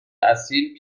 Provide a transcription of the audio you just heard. اصیل